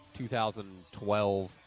2012